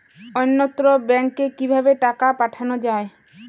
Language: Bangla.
অন্যত্র ব্যংকে কিভাবে টাকা পাঠানো য়ায়?